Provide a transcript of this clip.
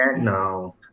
No